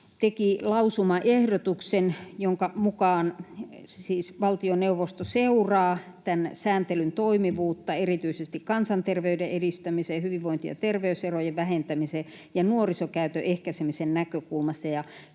teki lausumaehdotuksen, jonka mukaan siis valtioneuvosto seuraa tämän sääntelyn toimivuutta erityisesti kansanterveyden edistämisen, hyvinvointi‑ ja terveyserojen vähentämisen ja nuorisokäytön ehkäisemisen näkökulmasta